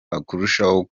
bakarushaho